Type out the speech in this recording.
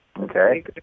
Okay